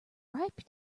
ripe